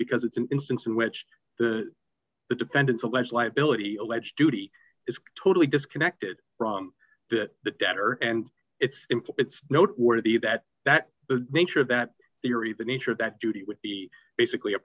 because it's an instance in which the the defendant's alleged liability alleged duty is totally disconnected from the debtor and it's simple it's noteworthy that that the nature of that theory the nature of that duty would be basically